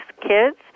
Kids